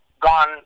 gone